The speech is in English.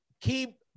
Keep